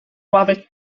ławek